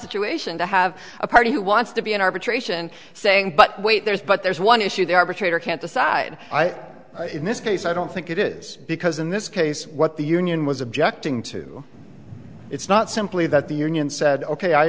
situation to have a party who wants to be an arbitration saying but wait there's but there's one issue the arbitrator can't decide in this case i don't think it is because in this case what the union was objecting to it's not simply that the union said ok